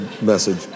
message